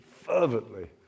fervently